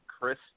Chris